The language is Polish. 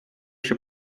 się